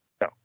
No